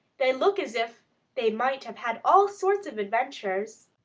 they look as if they might have had all sorts of adventures.